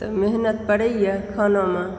तऽ मेहनत पड़इए खानामे